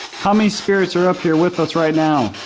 how many spirits are up here with us right now.